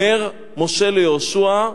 אומר משה ליהושע: